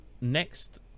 next